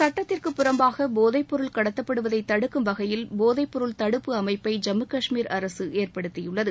சுட்டத்திற்கு புறம்பாக போதைப் பொருள் கடத்தப்படுவதை தடுக்கும் வகையில் போதைப் பொருள் தடுப்பு அமைப்பை ஜம்மு காஷ்மீர் அரசு ஏற்படுத்தியுள்ளது